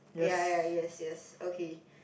ya ya yes yes okay